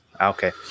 Okay